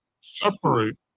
separate